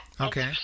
Okay